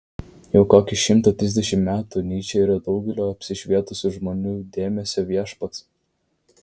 jau kokį šimtą trisdešimt metų nyčė yra daugelio apsišvietusių žmonių dėmesio viešpats